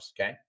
okay